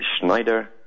Schneider